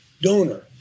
donor